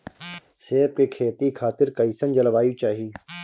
सेब के खेती खातिर कइसन जलवायु चाही?